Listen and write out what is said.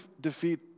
defeat